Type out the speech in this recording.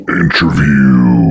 interview